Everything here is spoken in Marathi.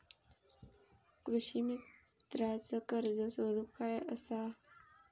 कृषीमित्राच कर्ज स्वरूप काय असा?